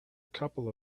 couple